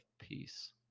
peace